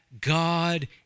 God